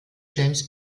james